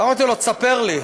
ואמרתי לו: ספר לי.